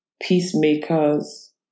Peacemakers